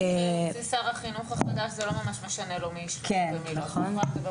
לשר החינוך החדש לא ממש משנה מי איש חינוך ומי לא.